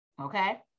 okay